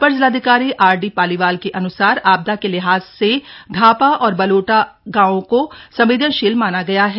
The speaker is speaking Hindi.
अपर जिलाधिकारी आरडी पालीवाल के अन्सार आपदा के लिहाज से धापा और बलोटा गांवों को संवेदनशील माना गया है